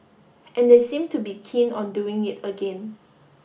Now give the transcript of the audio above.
and they seem to be keen on doing it again